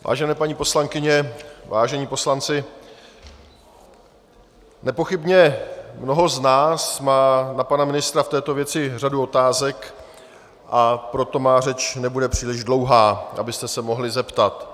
Vážené paní poslankyně, vážení poslanci, nepochybně mnoho z nás má na pana ministra v této věci řadu otázek, a proto má řeč nebude příliš dlouhá, abyste se mohli zeptat.